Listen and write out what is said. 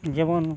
ᱡᱮᱢᱚᱱ